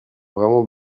vraiment